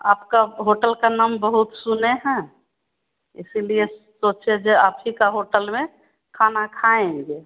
आपकी होटल का नाम बहुत सुने हैं इसी लिए सोचे जे आप ही का होटल में खाना खाएँगे